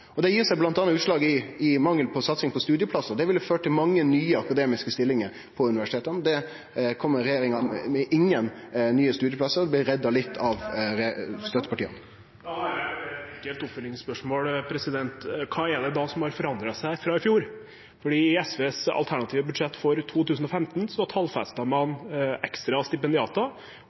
Det gir seg bl.a. utslag i mangel på satsing på studieplassar. Det ville ført til mange nye akademiske stillingar på universiteta. Regjeringa kjem ikkje med nokon nye studieplassar – det blir redda litt av støttepartia. Da har jeg bare et enkelt oppfølgingsspørsmål: Hva er det da som har forandret seg fra i fjor? I SVs alternative budsjett for 2015